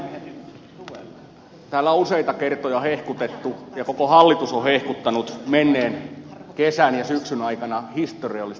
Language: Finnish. täällä on useita kertoja hehkutettu ja koko hallitus on hehkuttanut menneen kesän ja syksyn aikana historiallista perusturvakorotusta